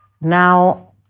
now